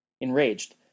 Enraged